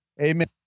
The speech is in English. Amen